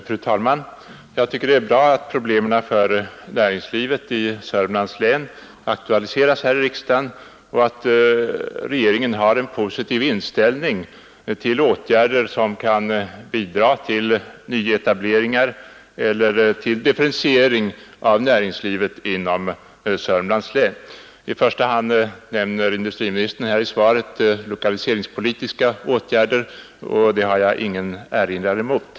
Fru talman! Jag tycker det är bra att problemen för näringslivet i Södermanlands län aktualiseras här i riksdagen och att regeringen har en positiv inställning till åtgärder som kan bidra till nyetableringar eller till differentiering av näringslivet inom Södermanlands län. I första hand nämner industriministern här i svaret lokaliseringspolitiska åtgärder, och det har jag ingen erinran mot.